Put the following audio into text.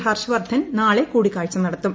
ഹർഷ് വർദ്ധൻ നാളെ കൂടിക്കാഴ്ച നടത്തും